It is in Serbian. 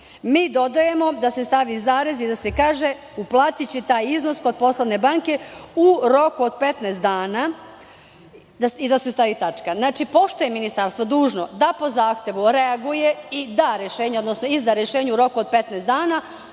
Mi dodajemo da se stavi zarez i da se kaže: "uplatiće taj iznos kod poslovne banke u roku od 15 dana" i da se stavi tačka. Znači, pošto je Ministarstvo dužno da po zahtevu reaguje i izda rešenje u roku od 15 dana,